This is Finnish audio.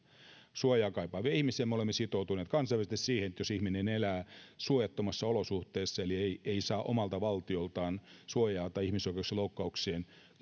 suojaa kaipaavia ihmisiä ja me olemme sitoutuneet kansainvälisesti siihen että jos ihminen elää suojattomassa olosuhteessa eli ei saa omalta valtioltaan suojaa tai on ihmisoikeuksien loukkauksien